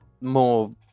more